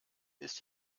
ist